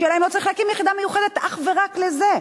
השאלה, אם לא צריך להקים יחידה מיוחדת אך ורק לזה.